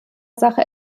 sache